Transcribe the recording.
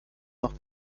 noch